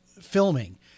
filming